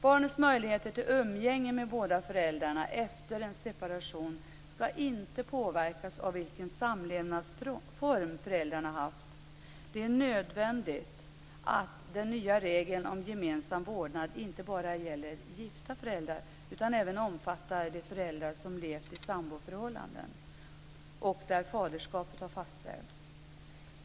Barnets möjligheter till umgänge med båda föräldrarna efter en separation skall inte påverkas av vilken samlevnadsform föräldrarna haft. Det är nödvändigt att den nya regeln om gemensam vårdnad inte bara gäller gifta föräldrar utan även omfattar de föräldrar som levt i samboförhållanden och där faderskapet har fastställts.